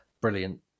brilliant